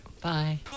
Bye